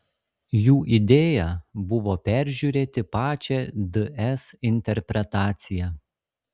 jų idėja buvo peržiūrėti pačią ds interpretaciją